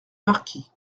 marquis